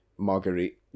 Marguerite